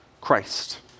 Christ